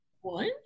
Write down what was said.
One